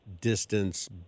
distance